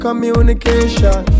Communication